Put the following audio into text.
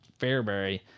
Fairbury